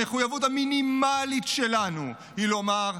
המחויבות המינימלית שלנו היא לומר: